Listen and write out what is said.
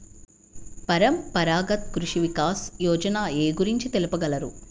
పరంపరాగత్ కృషి వికాస్ యోజన ఏ గురించి తెలుపగలరు?